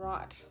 Right